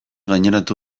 gaineratu